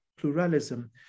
pluralism